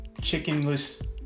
chickenless